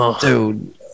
Dude